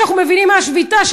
מה שאנחנו מבינים מהשביתה,